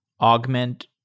augment